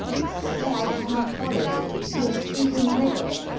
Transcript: monsieur, i cannot follow you you speak in riddles.